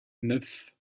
neuf